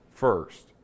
first